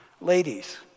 Ladies